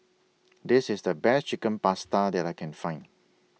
This IS The Best Chicken Pasta that I Can Find